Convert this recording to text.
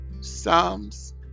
Psalms